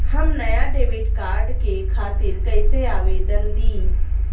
हम नया debit card के खातिर कइसे आवेदन दीं?